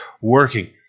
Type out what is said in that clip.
working